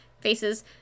faces